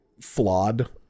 flawed